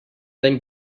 then